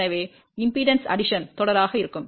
எனவே மின்மறுப்பு கூட்டல் தொடராக இருக்கும்